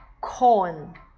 corn